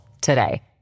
today